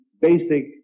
basic